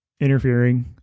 Interfering